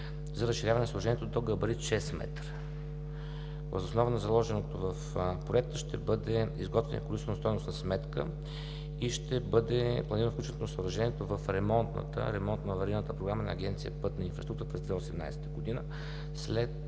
за разширяване на съоръжението до габарит 6 метра. Въз основа на заложеното в проекта, ще бъде изготвена количествено-стойностна сметка и ще бъде планирано включване на съоръжението в ремонтно-аварийната програма на Агенция „Пътна инфраструктура“ през 2018 г., след